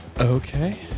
Okay